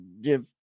give